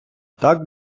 так